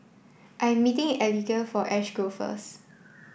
I'm meeting Elige at Ash Grove first